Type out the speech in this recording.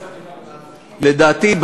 לדעתי,